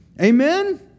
Amen